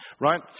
right